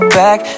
back